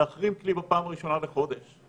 להחרים כלי בפעם הראשונה לחודש,